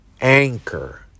anchor